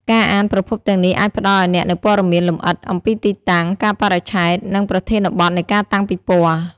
ការអានប្រភពទាំងនេះអាចផ្តល់ឲ្យអ្នកនូវព័ត៌មានលម្អិតអំពីទីតាំង កាលបរិច្ឆេទ និងប្រធានបទនៃការតាំងពិពណ៌។